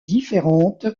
différente